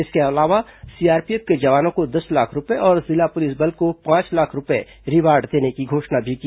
इसके अलावा सीआरपीएफ के जवानों को दस लाख रूपये और जिला पुलिस बल को पांच लाख रूपये रिवार्ड देने की घोषणा भी की